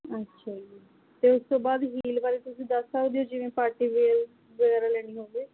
ਅੱਛਾ ਜੀ ਅਤੇ ਉਸ ਤੋਂ ਬਾਅਦ ਹੀਲ ਬਾਰੇ ਤੁਸੀਂ ਦੱਸ ਸਕਦੇ ਹੋ ਜਿਵੇਂ ਪਾਰਟੀਵੇਅਰ ਵਗੈਰਾ ਲੈਣੀ ਹੋਵੇ